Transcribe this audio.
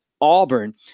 Auburn